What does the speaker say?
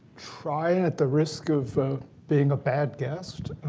try, at the risk of being a bad guest,